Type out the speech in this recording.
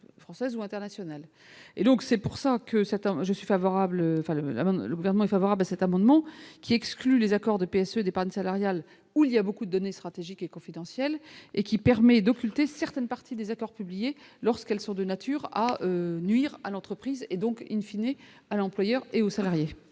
certains, je suis favorable, enfin le la : le gouvernement est favorable à cet amendement qui exclut les accords de paix, ce départ salariale où il y a beaucoup donné stratégique et confidentielle et qui permet d'occulter certaines parties des accords lorsqu'elles sont de nature à nuire à l'entreprise et donc, in fine, et à l'employeur et aux salariés.